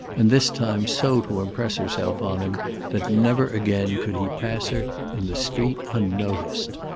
and this time so to impress herself on him that never again could he pass her in the street unnoticed.